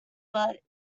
but